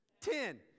Ten